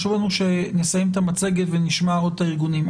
חשוב לנו שנסיים את המצגת ונשמע את הארגונים.